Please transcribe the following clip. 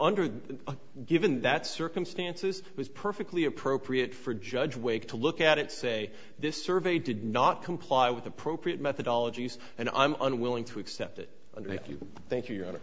under the given that circumstances was perfectly appropriate for judge wake to look at it say this survey did not comply with appropriate methodology and i'm unwilling to accept it and if you think you're